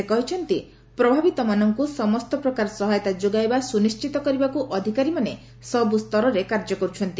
ସେ କହିଛନ୍ତି ପ୍ରଭାବିତମାନଙ୍କୁ ସମସ୍ତ ପ୍ରକାର ସହାୟତା ଯୋଗାଇବା ସୁନିଶ୍ରିତ କରିବାକୁ ଅଧିକାରୀମାନେ ସବୁ ସ୍ତରରେ କାର୍ଯ୍ୟ କରୁଛନ୍ତି